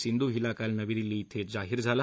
सिंधू हिला काल नवी दिल्ली इथं जाहीर झाला